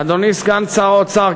אדוני סגן שר האוצר,